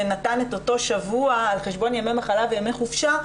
שנתן את אותו שבוע על חשבון ימי מחלה וימי חופשה.